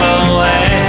away